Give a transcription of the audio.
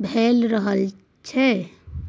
भए रहल छै